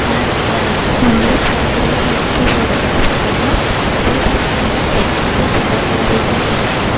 அப்போ உள்ள ஃபோனுக்கு ரீசார்ஜ் கீபோர்டுக்கு வந்து பார்த்தீங்கன்னா ரீசார்ஜ் பண்ணா டென் ருப்பீஸ் இருந்தால் போதும் ரீசார்ஜ் பண்ணிக்கலாம்